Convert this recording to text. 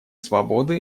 свободы